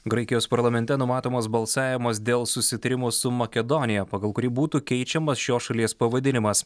graikijos parlamente numatomas balsavimas dėl susitarimo su makedonija pagal kurį būtų keičiamas šios šalies pavadinimas